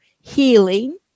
healing